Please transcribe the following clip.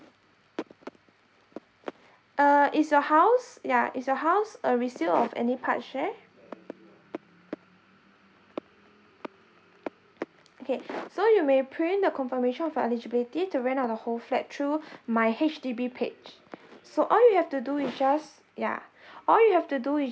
uh is your house ya is your house a resale of any part share okay so you may print the confirmation of your eligibility to rent out the whole flat through my H_D_B page so all you have to do is just yeah all you have to do is